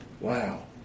Wow